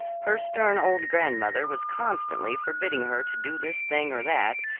her stern old grandmother was constantly forbidding her to do this thing or that,